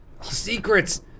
Secrets